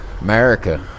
America